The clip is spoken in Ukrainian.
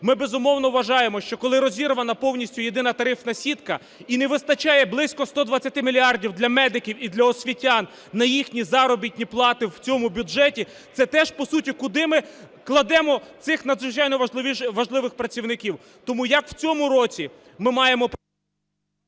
Ми, безумовно, вважаємо, що коли розірвана повністю єдина тарифна сітка і не вистачає близько 120 мільярдів для медиків і для освітян на їхні заробітні плати в цьому бюджеті, це теж, по суті, куди ми кладемо цих надзвичайно важливих працівників? Тому як в цьому році ми маємо…